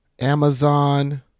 Amazon